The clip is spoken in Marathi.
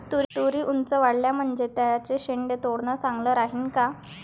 तुरी ऊंच वाढल्या म्हनजे त्याचे शेंडे तोडनं चांगलं राहीन का?